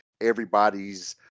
everybody's